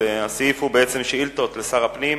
הסעיף הוא בעצם שאילתות לשר הפנים